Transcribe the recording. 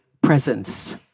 presence